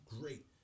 Great